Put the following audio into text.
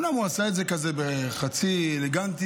הוא אומנם עשה את זה כזה בחצי אלגנטיות.